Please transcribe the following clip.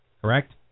correct